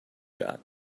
got